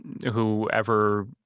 whoever